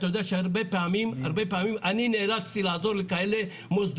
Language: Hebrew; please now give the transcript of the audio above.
אתה יודע שהרבה פעמים נאלצתי לעזור למוסדות